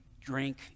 drink